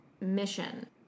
mission